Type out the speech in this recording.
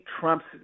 Trump's